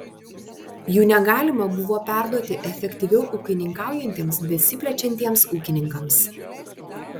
jų negalima buvo perduoti efektyviau ūkininkaujantiems besiplečiantiems ūkininkams